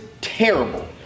Terrible